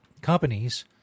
companies